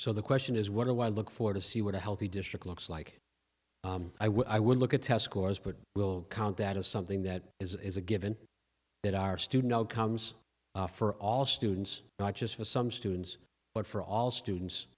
so the question is what do i look for to see what a healthy district looks like i would i would look at test scores but we'll count that as something that is a given that our student outcomes for all students not just for some students but for all students